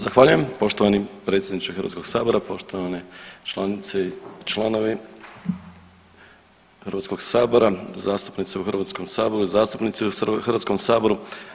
Zahvaljujem poštovani predsjedniče Hrvatskog sabora, poštovane članice i članovi Hrvatskog sabora, zastupnice u Hrvatskom saboru, zastupnici u Hrvatskom saboru.